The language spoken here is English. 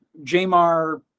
Jamar